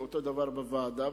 ואותו דבר בוועדה,